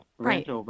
Right